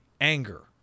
anger